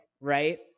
right